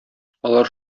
алар